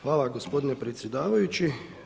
Hvala gospodine predsjedavajući.